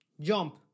Jump